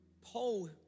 Paul